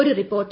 ഒരു റിപ്പോർട്ട്